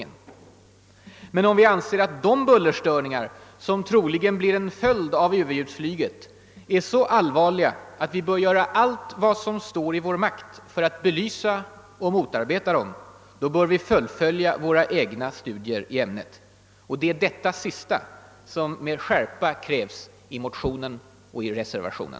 Om vi däremot anser att de bullerstörningar som troligen blir en följd av överljudsflyget är så allvarliga, att vi måste göra allt som står i vår makt för att belysa och motarbeta dem, då bör vi fullfölja våra egna studier i ämnet. Det är detta sista som med skärpa krävs i motionerna och i reservationen.